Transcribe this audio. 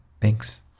Thanks